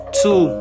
two